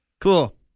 Cool